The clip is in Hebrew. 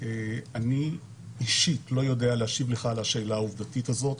אני אישית לא יודע להשיב לך על השאלה העובדתית הזאת.